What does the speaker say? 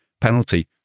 penalty